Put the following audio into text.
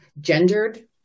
gendered